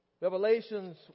Revelations